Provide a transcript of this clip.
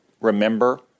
remember